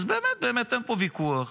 אז באמת אין פה ויכוח.